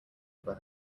over